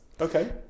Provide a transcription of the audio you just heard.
okay